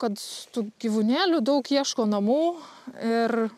kad tų gyvūnėlių daug ieško namų ir